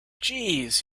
jeez